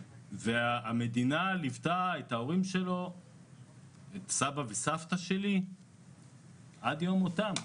המדינה ליוותה את סבא וסבתי שלי עד יום מותם.